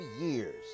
years